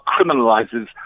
criminalizes